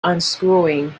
unscrewing